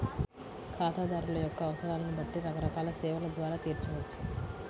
ఖాతాదారుల యొక్క అవసరాలను బట్టి రకరకాల సేవల ద్వారా తీర్చవచ్చు